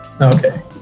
okay